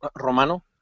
Romano